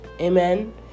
Amen